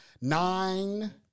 Nine